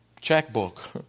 checkbook